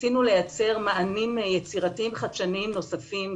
ניסינו לייצר מענים יצירתיים חדשניים נוספים,